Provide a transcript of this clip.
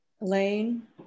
Elaine